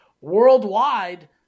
worldwide